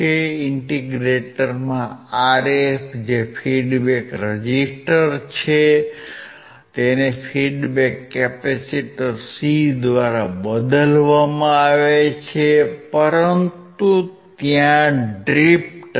ઇન્ટિગ્રેટરમાં Rf જે feedback resistor છે તેને ફીડ્બેક કેપેસિટર C દ્વારા બદલવામાં આવે છે પરંતુ ત્યાં ડ્રિફ્ટ છે